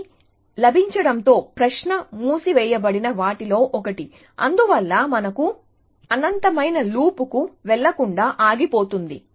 అది లభించడంతో ప్రశ్న మూసివేయబడిన వాటిలో ఒకటి అందువల్ల మనకు అనంతమైన లూప్కు వెళ్ళకుండా ఆగిపోతుంది